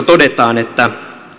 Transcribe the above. todetaan että